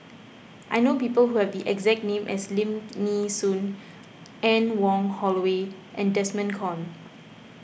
I know people who have the exact name as Lim Nee Soon Anne Wong Holloway and Desmond Kon